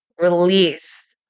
release